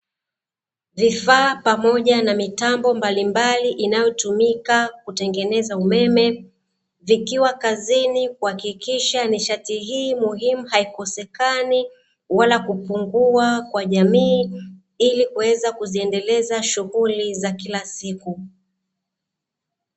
Vifaa pamoja na mitambo mbalimbali inayotumika kutengeneza umeme, vikiwa kazini kuhakikisha nishati hii muhimu haikosekani wala kupungua kwa jamii, ili kuweza kuziendeleza shughuli za kila siku.